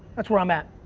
that's where i'm at.